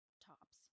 tops